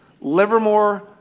Livermore